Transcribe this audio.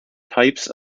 types